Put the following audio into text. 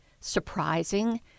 surprising